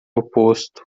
oposto